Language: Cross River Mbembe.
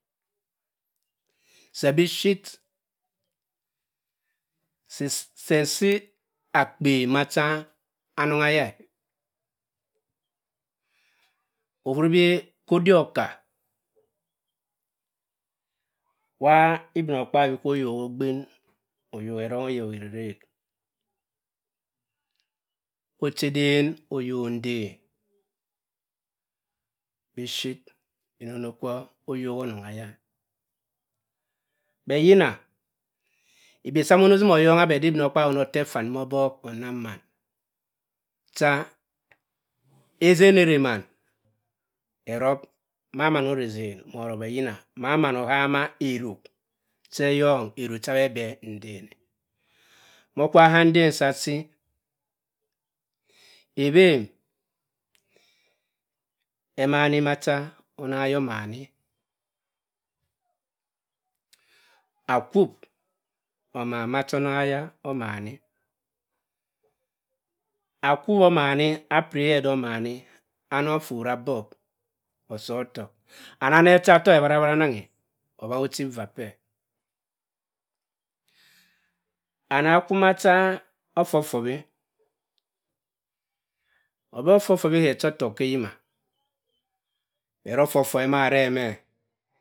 Se biphir si- se isi akpen macha anong eya-ẹ okhuribi ka odik oka ibinokpaabyi kwa oyoki ogbin, oyok erong oyok irerek ocheden oyok nden biphir, yina ono kwu oyok onong eya. but yina ibe sa moh ono osim oyongha bhe da ibinọkaabyi ono otte effa nduma obok onamg maȧn cha. ezene err'-e mam erup, mama orr'-e nden moh orup but yina mamaan ohama eruk che eyong eruk cha bhe bhe nden-e- ma okwowa ka nden sa asi, ewen emanni macha onong eya omanni akwup omanni apiri, ke do omanni amo phott abok. osor ottohk and ame ochaa-tohk ewatt ewatt amangi, awakki ochi var-p-e ama kwu macha offob fobbi obor offob-fobbi ke ochi ọttọhk ke eyima but offob fobbi ma arr'-e me.